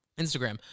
Instagram